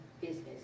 business